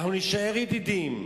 אנחנו נישאר ידידים,